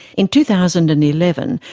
in two thousand and eleven,